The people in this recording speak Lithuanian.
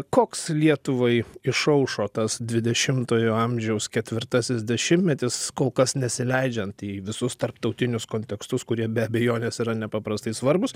koks lietuvai išaušo tas dvidešimtojo amžiaus ketvirtasis dešimtmetis kol kas nesileidžiant į visus tarptautinius kontekstus kurie be abejonės yra nepaprastai svarbūs